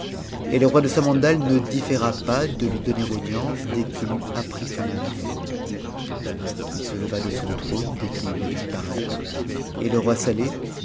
et le roi de samandal ne différa pas de lui donner audience dès qu'il eut appris son arrivée i se leva de son trône dès qu'il le vit paraître et le roi saleh